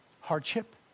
hardship